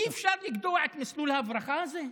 אי-אפשר לגדוע את מסלול ההברחה הזה?